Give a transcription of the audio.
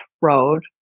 road